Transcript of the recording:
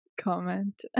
comment